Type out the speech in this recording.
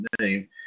name